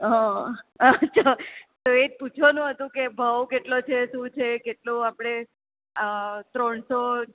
હા એ જ પૂછવાનું હતું કે ભાવ કેટલો છે શું છે કેટલો આપણે ત્રણસો